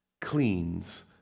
cleans